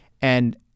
And-